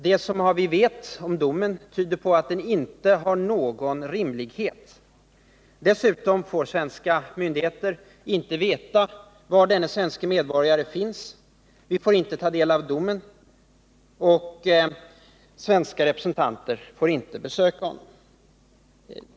Det vi vet om domen tyder på att den inte har någon rimlighet. Dessutom får svenska myndigheter inte veta var denne svenske medborgare finns. Vi får inte ta del av domen, och svenska representanter får inte besöka honom.